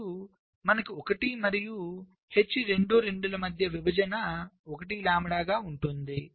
అప్పుడు మనకు I మరియు H22 ల విభజన 1 లాంబ్డా గా ఉంటాయి